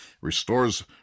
restores